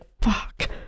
Fuck